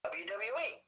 wwe